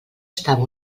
estava